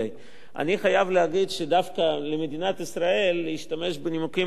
אני חייב להגיד שדווקא למדינת ישראל להשתמש בנימוקים האלה,